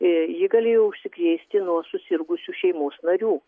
ji galėjo užsikrėsti nuo susirgusių šeimos narių